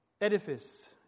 edifice